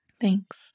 Thanks